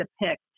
depict